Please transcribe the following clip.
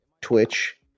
Twitch